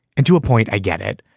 and to a point. i get it.